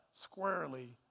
squarely